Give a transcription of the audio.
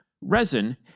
resin